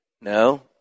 No